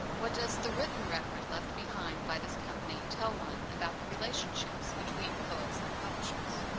what does the written record left behind by this company tell one about the relationships between poets and publishers?